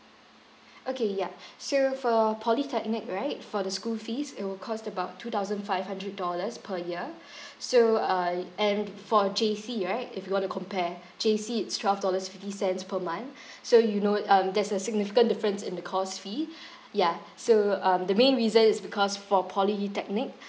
okay ya so for polytechnic right for the school fees it will cost about two thousand five hundred dollars per year so uh and for uh J_C right if you were to compare J_C it's twelve dollars fifty cents per month so you know um there's a significant difference in the course fee yeah so um the main reason is because for polytechnic